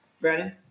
Brandon